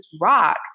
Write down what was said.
rock